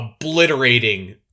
obliterating